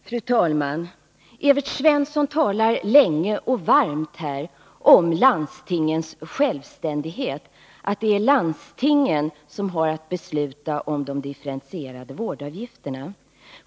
Fru talman! Evert Svensson talar länge och varmt om landstingens självständighet, att det är landstingen som har att besluta om differentierade vårdavgifter.